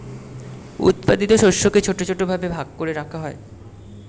উৎপাদিত শস্যকে ছোট ছোট ভাবে ভাগ করে রাখা হয়